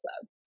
Club